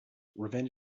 revenge